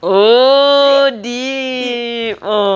oh deep oh